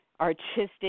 artistic